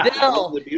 Bill